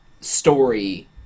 story